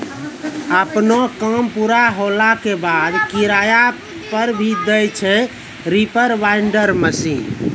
आपनो काम पूरा होला के बाद, किराया पर भी दै छै रीपर बाइंडर मशीन